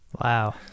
Wow